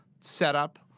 setup